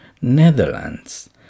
Netherlands